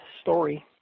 story